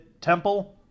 Temple